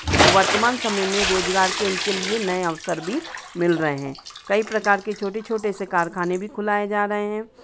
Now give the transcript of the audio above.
और वर्तमान समय में रोज़गार के उनके लिए नए अवसर भी मिल रहे हैं कई प्रकार के छोटे छोटे से कारखाने भी खुलाए जा रहे हैं